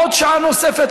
עוד שעה נוספת,